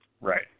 Right